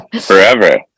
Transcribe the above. forever